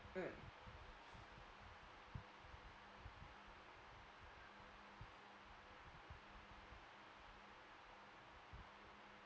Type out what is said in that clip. mm